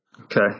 Okay